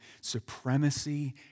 supremacy